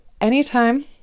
anytime